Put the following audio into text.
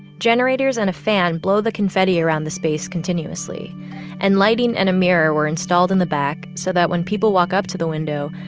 generators and a fan blow the confetti around the space continuously and lighting and a mirror were installed in the back so that when people walk up to the window,